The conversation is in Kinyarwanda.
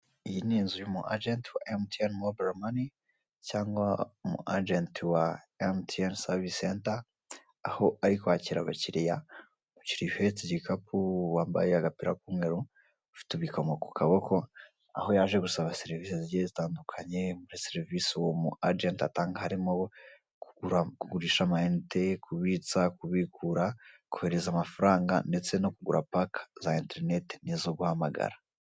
Iyi ni inzu y'umu agenti wa emutiyeni mobayiro mani cyangwa umu agenti wa emutiyeni serivise senta, aho ari kwakira abakiriya. Umukiriya uhetse igikapu wambambaye agapira k'umweru, ufite ibikomo ku kaboko, aho yaje gusaba serivise zigiye zitandukanye. Muri serivise uwo mu agenti atanga harimo kugurisha amayinite, kubitsa, kubikura, kohereza amafaranga ndetse no kugura paka za interinete n'izo guhamagara.